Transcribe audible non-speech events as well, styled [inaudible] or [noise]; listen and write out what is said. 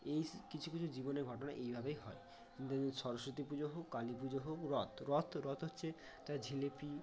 এই কিছু কিছু জীবনের ঘটনা এইভাবেই হয় [unintelligible] সরস্বতী পুজো হোক কালী পুজো হোক রথ রথ রথ হচ্ছে একটা জিলিপি